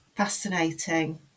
fascinating